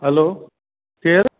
हलो केरु